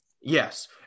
Yes